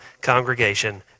congregation